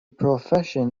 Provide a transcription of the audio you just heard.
profession